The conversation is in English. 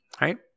Right